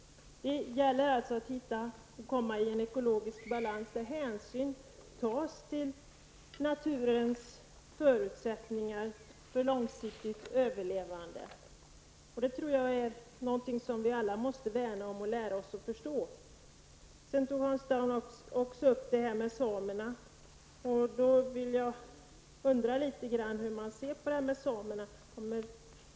Det gäller alltså att komma i en ekologisk balans där hänsyn tas till naturens förutsättningar för långsiktigt överlevande. Det är något som vi alla måste värna om och lära oss att förstå. Hans Dau tog även upp frågan om samerna. Jag undrar hur han ser på detta med samerna.